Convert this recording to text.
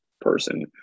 person